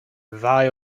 ddau